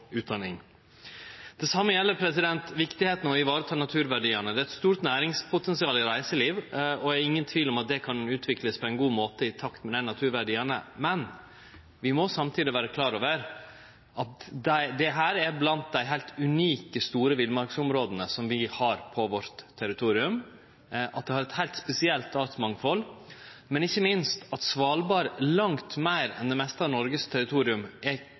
utdanning. Det same gjeld naturverdiane. Det er eit stort næringspotensial i reiseliv, og det er ingen tvil om at det kan utviklast på ein god måte i takt med naturverdiane. Men vi må samtidig vere klare over at dette er blant dei heilt unike, store villmarksområda som vi har på vårt territorium, at vi har eit heilt spesielt artsmangfald, og ikkje minst at Svalbard langt meir enn det meste av Noregs territorium er